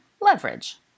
leverage